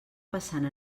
passant